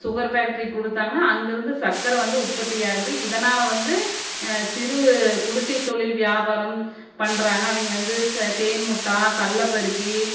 sugar ஃபேக்ட்ரிக்கு கொடுத்தாங்கன்னா அங்கேருந்து சர்க்கரை வந்து உற்பத்தி ஆகுது இதனால் வந்து சிறு குடிசை தொழில் வியாபாரம் பண்ணுறாங்க அவங்க வந்து ச தேன் முட்டாய் கடல்ல பர்ப்பி